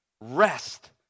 Rest